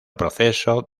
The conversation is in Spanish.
proceso